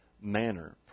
manner